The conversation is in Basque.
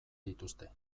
dituzte